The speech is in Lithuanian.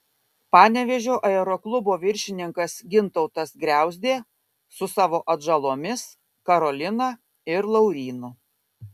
panevėžio aeroklubo viršininkas gintautas griauzdė su savo atžalomis karolina ir laurynu